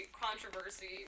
controversy